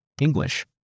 English